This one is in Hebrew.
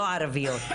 לא ערביות?